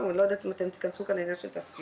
טוב לא יודעת אם תכנסו כאן לעניין של תסקירים,